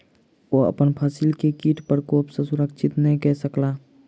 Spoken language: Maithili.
ओ अपन फसिल के कीट प्रकोप सॅ सुरक्षित नै कय सकला